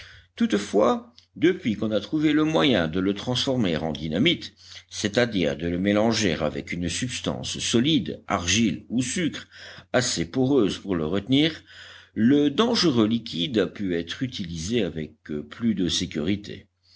toutefois depuis qu'on a trouvé le moyen de le transformer en dynamite c'est-à-dire de le mélanger avec une substance solide argile ou sucre assez poreuse pour le retenir le dangereux liquide a pu être utilisé avec plus de sécurité